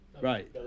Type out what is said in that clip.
Right